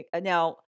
Now